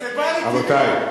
רבותי.